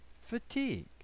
fatigue